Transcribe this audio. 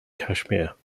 kashmir